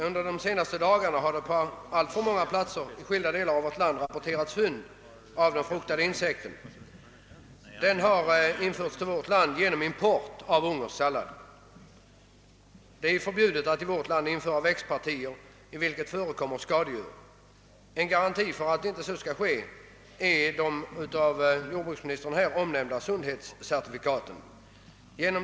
Under de senaste dagarna har det från alltför många platser i vårt land rapporterats fynd av den fruktade insekten. Den har kommit till vårt land i samband med sallad som importerats från Ungern. Det är förbjudet att till vårt land införa växtpartier, i vilka det förekommer skadedjur. En garanti för att så inte sker är de av jordbruksministern omnämnda sundhetscertifikaten.